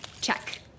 check